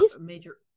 major